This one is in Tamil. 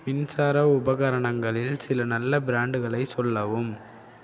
மின்சார உபகரணங்களில் சில நல்ல பிராண்டுகளை சொல்லவும்